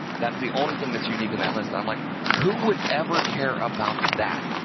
that's the only thing that's unique in that list, i'm like who would ever care about that.